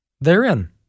therein